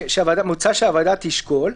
שמוצע שהוועדה תשקול.